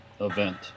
event